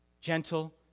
Gentle